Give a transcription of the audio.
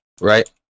right